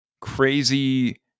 crazy